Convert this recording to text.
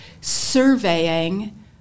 surveying